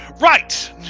Right